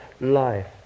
life